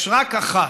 יש רק אחת,